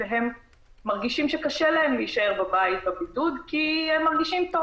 והם מרגישים שקשה להם להישאר בבית בבידוד כי הם מרגישים טוב